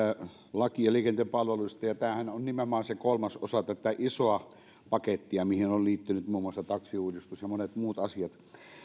lakia liikenteen palveluista ja tämähän on nimenomaan kolmasosa tätä isoa pakettia johon ovat liittyneet muun muassa taksiuudistus ja monet muut asiat